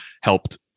helped